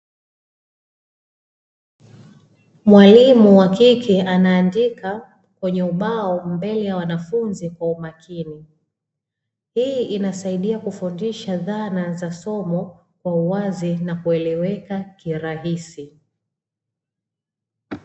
Mwalimu wakike anaandika kwenye ubao mbele ya wanafunzi kwa umakini, Hii inasaidia kufundisha dhana za somo kwa uwazi na kueleweka kirahisi.